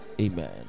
Amen